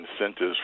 incentives